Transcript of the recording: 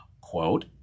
quote